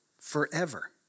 forever